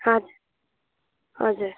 हजुर हजुर